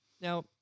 now